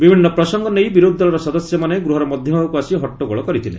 ବିଭିନ୍ନ ପ୍ରସଙ୍ଗ ନେଇ ବିରୋଧି ଦଳର ସଦସ୍ୟମାନେ ଗୃହର ମଧ୍ୟଭାଗକୁ ଆସି ହଟ୍ଟଗୋଳ କରିଥିଲେ